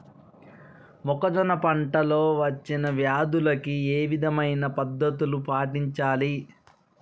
మొక్కజొన్న పంట లో వచ్చిన వ్యాధులకి ఏ విధమైన పద్ధతులు పాటించాలి?